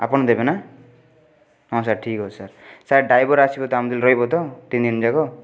ଆପଣ ଦେବେନା ହଁ ସାର୍ ଠିକ୍ ଅଛି ସାର୍ ସାର୍ ଡ୍ରାଇଭର୍ ଆସିବ ତ ଆମ ରହିବ ତ ତିନଦିନ ଯାକ